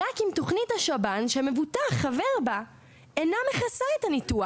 רק אם תוכנית השב"ן שמבוטח חבר בה אינה מכסה את הניתוח.